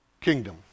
kingdom